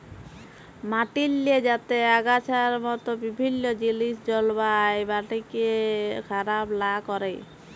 মাটিল্লে যাতে আগাছার মত বিভিল্ল্য জিলিস জল্মায় মাটিকে খারাপ লা ক্যরে